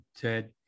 Ted